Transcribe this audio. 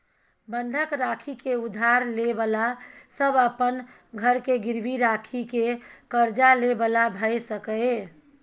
बंधक राखि के उधार ले बला सब अपन घर के गिरवी राखि के कर्जा ले बला भेय सकेए